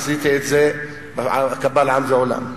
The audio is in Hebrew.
עשיתי את זה קבל עם ועולם.